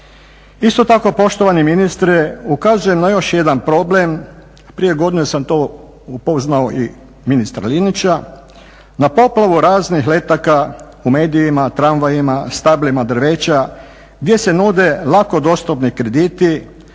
Isto tako poštovani ministre ukazujem na još jedan problem, prije godine sam to upoznao i ministra Linića, na poplavu raznih letaka u medijima, tramvajima, stablima drveća gdje se nude lako dostupni krediti,